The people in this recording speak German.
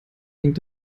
hängt